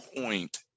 point